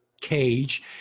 cage